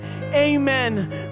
amen